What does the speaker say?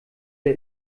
der